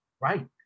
Right